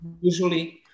Usually